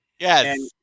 Yes